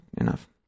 enough